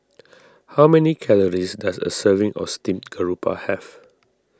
how many calories does a serving of Steamed Garoupa have